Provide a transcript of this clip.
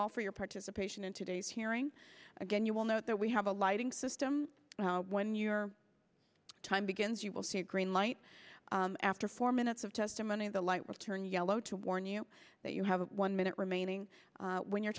for your participation in today's hearing again you will know that we have a lighting system when your time begins you will see a green light after four minutes of testimony the light will turn yellow to warn you that you have one minute remaining when your